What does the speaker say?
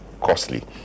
costly